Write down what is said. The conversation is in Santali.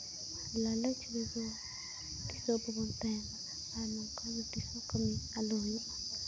ᱞᱟᱞᱚᱪ ᱵᱮᱜᱚᱨ ᱛᱤᱥ ᱦᱚᱸ ᱵᱟᱵᱚᱱ ᱛᱟᱦᱮᱱᱟ ᱟᱨ ᱱᱚᱝᱠᱟ ᱫᱚ ᱛᱤᱥ ᱦᱚᱸ ᱠᱟᱹᱢᱤ ᱟᱞᱚ ᱦᱩᱭᱩᱜᱼᱢᱟ